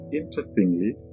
interestingly